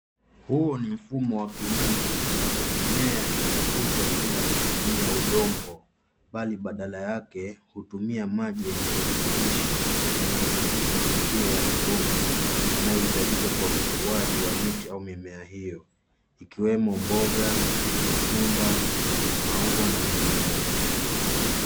Huu ni mfumo wa kilimo ambapo mimea inakuzwa bila kutumia udongo bali badala yake hutumia maji yenye virutubishi yanayopitishwa kwa njia ya mabomba yanayohitajika kwa ukuwaji wa miti au mimea hiyo ikiwemo mboga, matunda, maua na mengineyo.